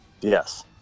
Yes